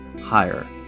higher